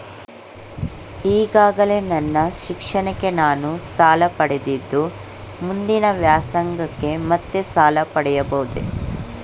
ಈಗಾಗಲೇ ನನ್ನ ಶಿಕ್ಷಣಕ್ಕೆ ನಾನು ಸಾಲ ಪಡೆದಿದ್ದು ಮುಂದಿನ ವ್ಯಾಸಂಗಕ್ಕೆ ಮತ್ತೆ ಸಾಲ ಪಡೆಯಬಹುದೇ?